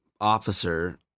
officer